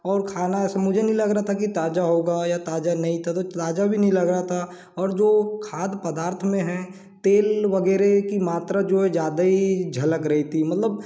और खाना मुझे नहीं लग रहा था कि ताजा होगा या ताजा नहीं था तो ताजा भी नहीं लग रहा था और जो खाद्य पदार्थ में है तेल वगैरह की मात्रा जो है ज़्यादा ही झलक रही थी मतलब